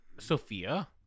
Sophia